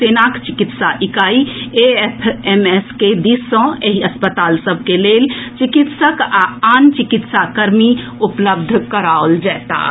सेनाक चिकित्सा इकाई एएफएमएस के दिस सँ एहि अस्पताल सभक लेल चिकित्सक आ आन चिकित्सा कर्मी उपलब्ध कराओल जएताह